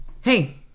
hey